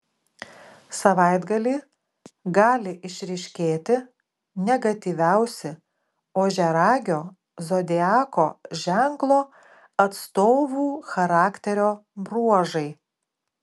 savaitgalį gali išryškėti negatyviausi ožiaragio zodiako ženklo atstovų charakterio bruožai